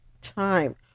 time